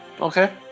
Okay